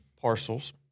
parcels